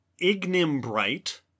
ignimbrite